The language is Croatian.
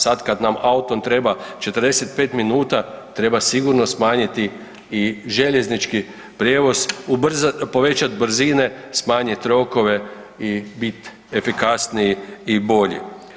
Sad kad nam autom treba 45 minuta treba sigurno smanjiti i željeznički prijevoz, povećat brzine, smanjit rokove i bit efikasniji i bolji.